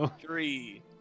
Three